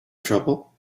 trouble